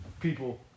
people